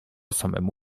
samemu